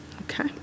Okay